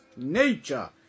Nature